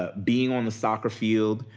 ah being on the soccer field,